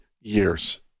years